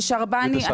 שרבאני,